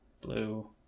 Blue